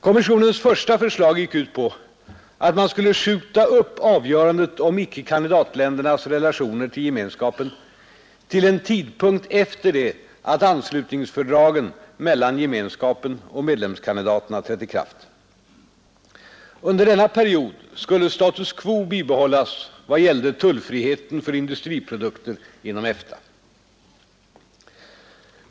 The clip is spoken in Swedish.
Kommissionens första förslag gick ut på att man skulle skjuta upp avgörandet om icke-kandidatländernas relationer till Gemenskapen till en tidpunkt efter det att anslutningsfördragen mellan Gemenskapen och medlemskandidaterna trätt i kraft. Under denna period skulle status quo bibehållas vad gällde tullfriheten för industriprodukter inom EFTA.